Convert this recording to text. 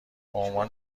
عنوان